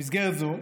במסגרת זו,